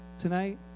tonight